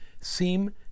seem